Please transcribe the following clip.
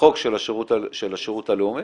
החוק של השירות הלאומי,